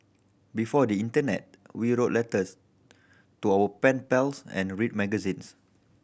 before the internet we wrote letters to our pen pals and read magazines